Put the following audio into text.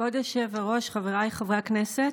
כבוד היושב-ראש, חבריי חברי הכנסת,